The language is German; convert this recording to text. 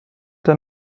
der